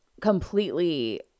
completely